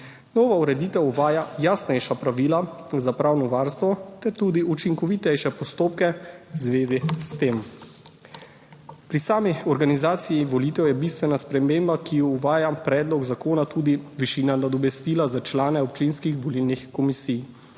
Nova ureditev uvaja jasnejša pravila za pravno varstvo ter tudi učinkovitejše postopke v zvezi s tem. Pri sami organizaciji volitev je bistvena sprememba, ki jo uvaja predlog zakona, tudi višina nadomestila za člane občinskih volilnih komisij.